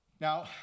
Now